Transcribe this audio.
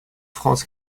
france